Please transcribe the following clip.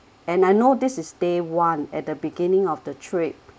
and I know this is day one at the beginning of the trip